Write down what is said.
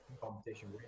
competition